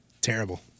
Terrible